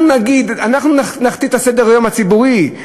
אנחנו נכתיב את סדר-היום הציבורי.